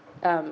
um